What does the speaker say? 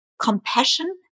compassion